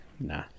Nah